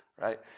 right